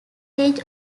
range